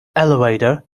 elevator